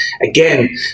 again